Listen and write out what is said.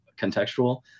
Contextual